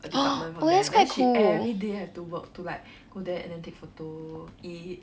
the department from there then she everyday have to work to like go there and then like take photo eat